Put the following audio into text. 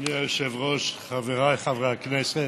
אדוני היושב-ראש, חבריי חברי הכנסת,